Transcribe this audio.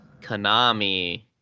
Konami